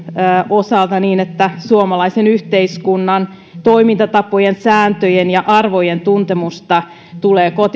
osalta niin että suomalaisen yhteiskunnan toimintatapojen sääntöjen ja arvojen tuntemusta tulee